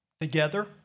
together